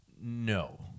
no